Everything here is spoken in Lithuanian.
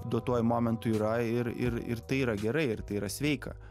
duotuoju momentu yra ir ir tai yra gerai ir tai yra sveika